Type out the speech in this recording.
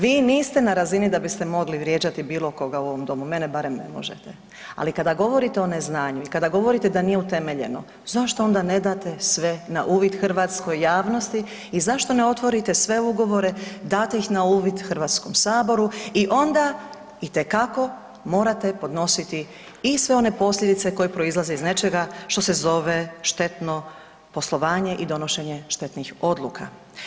Vi niste na razini da biste mogli vrijeđati bilo koga u ovom domu, mene barem ne možete, ali kada govorite o neznanju i kada govorite da nije utemeljeno zašto onda ne date sve na uvid hrvatskoj javnosti i zašto ne otvorite sve ugovore, date ih na uvid Hrvatskom saboru i onda itekako morate podnositi i sve one posljedice koje proizlaze iz nečega što se zove štetno poslovanje i donošenje štetnih odluka.